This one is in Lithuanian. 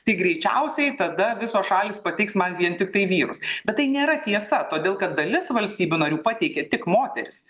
tai greičiausiai tada visos šalys pateiks man vien tiktai vyrus bet tai nėra tiesa todėl kad dalis valstybių narių pateikė tik moteris